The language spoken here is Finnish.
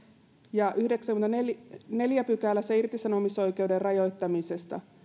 ja yhdeksännessäkymmenennessäneljännessä pykälässä irtisanomisoikeuden rajoittamisesta